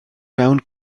mewn